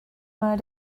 mal